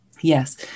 Yes